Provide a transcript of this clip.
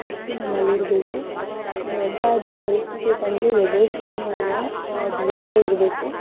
ಶಕ್ತಿ ನಮ್ಮಲ್ಲಿರಬೇಕು ಎಂಥದೇ ಪರಿಸ್ಥಿತಿ ಬಂದರೂ ಎದುರಿಸ್ತೀನಿ ಅನ್ನೋ ಧೈರ್ಯ ಇರಬೇಕು